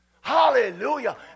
Hallelujah